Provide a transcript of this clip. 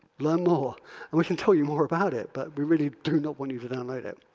learn more and we can tell you more about it, but we really do not want you to download it.